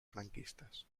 franquistas